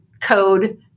code